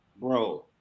bro